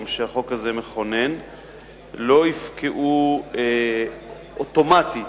שהחוק הזה מכונן לא יפקעו אוטומטית,